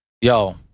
Yo